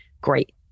great